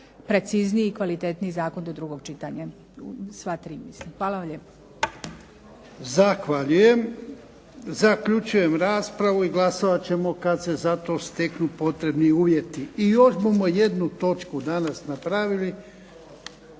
precizniji i kvalitetniji zakon do drugog čitanja, sva tri mislim. Hvala vam lijepo.